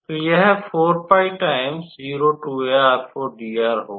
तो यह होगा